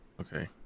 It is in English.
Okay